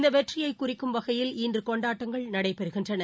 இந்த வெற்றியை குறிக்கும் வகையில் இன்று கொண்டாட்டங்கள் நடைபெறுகின்றன